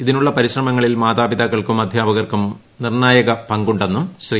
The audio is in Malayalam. ഇതിനുള്ള പരിശ്രമങ്ങളിൽ മാതാപിതാക്കൾക്കും അധ്യാപകർക്കും നിർണായക പങ്കു െന്നും ശ്രീ